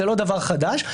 זה לא דבר חדש.